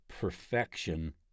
perfection